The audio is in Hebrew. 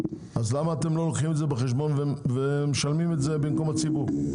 למה אתם לא לוקחים את זה בחשבון ומשלמים את זה במקום הציבור?